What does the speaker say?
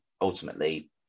ultimately